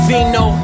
Vino